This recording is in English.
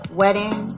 wedding